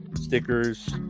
stickers